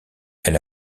elle